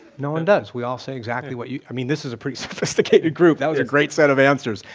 no one does, we all say exactly what you, i mean this is a pretty sophisticated group, that was a great set of answers.